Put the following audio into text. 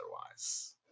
otherwise